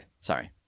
sorry